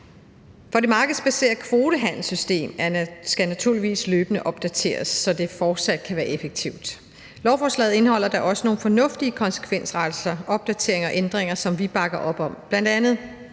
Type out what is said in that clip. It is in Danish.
Det markedsbaserede kvotehandelssystem skal naturligvis løbende opdateres, så det fortsat kan være effektivt. Lovforslaget indeholder da også nogle fornuftige konsekvensrettelser, opdateringer og ændringer, som vi bakker op om,